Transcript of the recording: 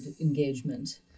engagement